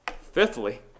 Fifthly